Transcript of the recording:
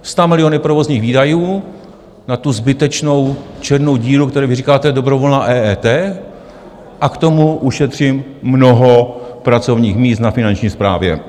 Stamiliony provozních výdajů na tu zbytečnou černou díru, které vy říkáte dobrovolná EET, a k tomu ušetřím mnoho pracovních míst na Finanční správě.